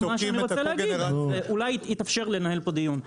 אני רוצה להגיד, אולי יתאפשר לנהל פה דיון.